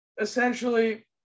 essentially